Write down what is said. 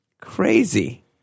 Crazy